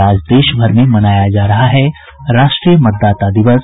और देश भर में मनाया जा रहा है राष्ट्रीय मतदाता दिवस